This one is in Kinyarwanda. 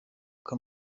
uko